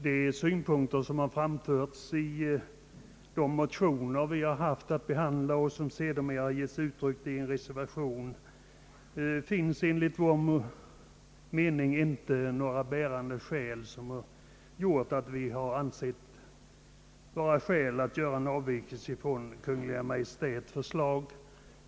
De synpunkter som har framförts i de motioner som vi haft att behandla och som sedermera givits uttryck åt i en reservation, innehåller enligt vår mening inte några bärande skäl för att göra en avvikelse från Kungl. Maj:ts förslag.